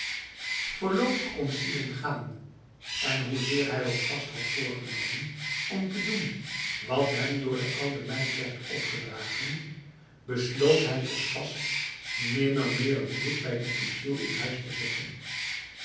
voorlopig kon sidin gaan en hoezeer hij ook vast had voorgenomen om te doen wat hem door de oude meid werd opgedragen besloot hij toch vast nimmermeer een voet bij die ketjil in huis te zetten